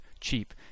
cheap